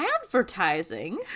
advertising